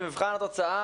במבחן התוצאה,